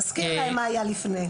תזכיר להם מה היה לפני.